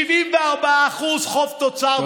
74% חוב תוצר,